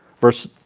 verse